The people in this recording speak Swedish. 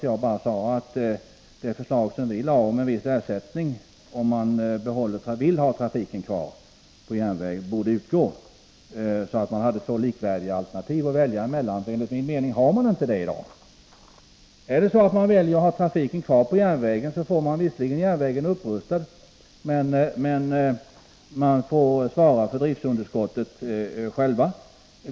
Jag sade bara att det förslag som vi lade fram om en viss ersättning till dem som vill ha trafiken kvar på järnväg borde följas, så att de har två likvärdiga alternativ att välja mellan. Enligt min mening har de inte det i dag. Väljer man att ha trafiken kvar på järnväg, får man visserligen järnvägen upprustad, men man får själv svara för driftsunderskottet.